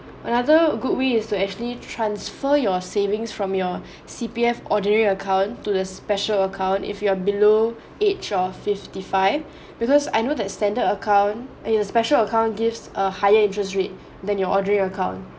another good way is to actually transfer your savings from your C_P_F ordinary account to the special account if you're below age of fifty five because I know that standard account a special account gives a higher interest rate than your ordinary account